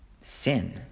sin